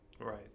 Right